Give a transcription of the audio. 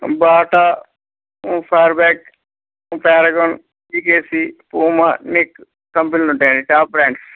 Bata ఫైర్బ్యాక్ Paragon ఈకేసీ పోమా న కంపెనీలు ఉంటాయండి టాప్ బ్రాండ్స్